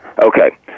Okay